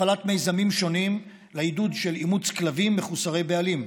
הפעלת מיזמים שונים לעידוד של אימוץ כלבים מחוסרי בעלים,